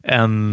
en